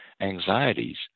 anxieties